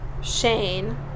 Shane